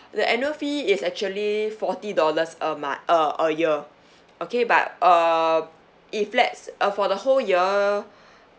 the annual fee is actually forty dollars a month a a year okay but uh if let's uh for the whole year